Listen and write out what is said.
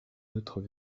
autres